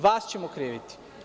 Vas ćemo kriviti.